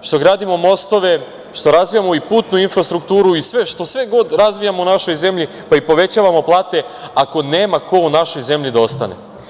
što gradimo mostove, što razvijamo i putnu infrastrukturu i sve što god razvijamo u našoj zemlji, pa i povećavamo plate, ako nema ko u našoj zemlji da ostane.